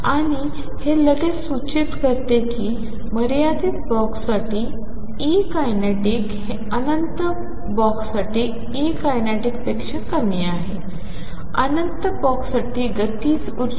आणि हे लगेच सूचित करते की मर्यादित बॉक्ससाठी Ekinetic हे अनंत बॉक्ससाठी Ekinetic पेक्षा कमी आहे अनंत बॉक्ससाठी गतिज ऊर्जा